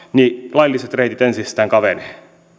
lailliset reitit entisestään kapenevat